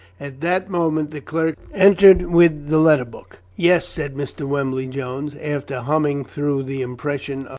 at that moment the clerk entered with the letter book. yes, said mr. wembly-jones, after humming through the impression